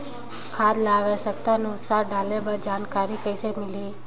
खाद ल आवश्यकता अनुसार डाले बर जानकारी कइसे मिलही?